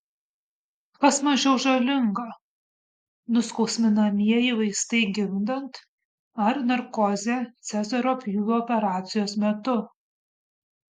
kas mažiau žalinga nuskausminamieji vaistai gimdant ar narkozė cezario pjūvio operacijos metu